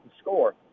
score